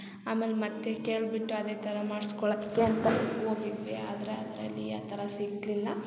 ಆಮೇಲೆ ಮತ್ತು ಕೇಳ್ಬಿಟ್ಟು ಅದೇ ಥರ ಮಾಡ್ಸ್ಕೊಳಕ್ಕೆ ಅಂತಾನೆ ಹೋಗಿದ್ವಿ ಆದರೆ ಅದರಲ್ಲಿ ಆ ಥರ ಸಿಕ್ಕಲಿಲ್ಲ